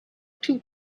two